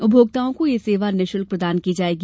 उपभोक्ताओं को यह सेवा निःशुल्क प्रदान की जायेगी